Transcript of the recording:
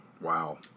Wow